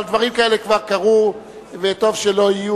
אבל דברים כאלה כבר קרו וטוב שלא יהיו.